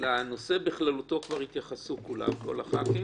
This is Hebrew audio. לנושא בכללותו כבר התייחסו כל חברי הכנסת,